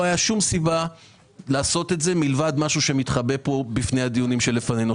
הייתה שום סיבה לעשות את זה מלבד משהו שמתחבא פה בדיונים שלפנינו.